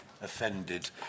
offended